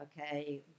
okay